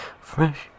Fresh